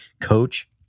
coach